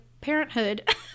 parenthood